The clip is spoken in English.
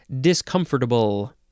Discomfortable